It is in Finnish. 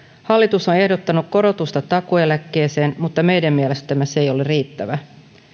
hallitus on ehdottanut korotusta takuueläkkeeseen mutta meidän mielestämme se ei ole riittävä